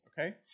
okay